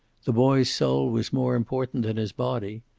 the boy's soul was more important than his body.